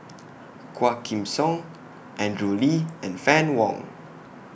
Quah Kim Song Andrew Lee and Fann Wong